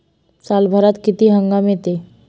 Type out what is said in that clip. सालभरात किती हंगाम येते?